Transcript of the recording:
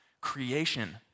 creation